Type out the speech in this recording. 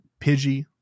Pidgey